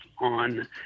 on